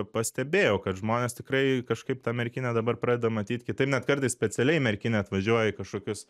pastebėjau kad žmonės tikrai kažkaip tą merkinę dabar pradeda matyt kitaip net kartais specialiai į merkinę atvažiuoja į kažkokius